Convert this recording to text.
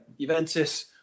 Juventus